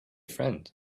friend